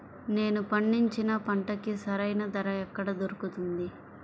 నేను పండించిన పంటకి సరైన ధర ఎక్కడ దొరుకుతుంది?